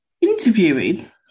interviewing